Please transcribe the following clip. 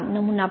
नमुना पहा